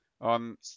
on